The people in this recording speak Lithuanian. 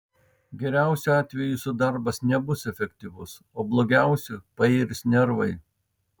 geriausiu atveju jūsų darbas nebus efektyvus o blogiausiu pairs nervai